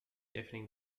deadening